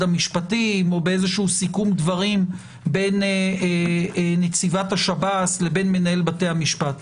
המשפטים או בסיכום דברים בין נציבת השב"ס לבין מנהל בתי המשפט.